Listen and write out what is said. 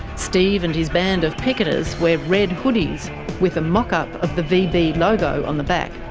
steve and his band of picketers wear red hoodies with a mockup of the vb logo on the back,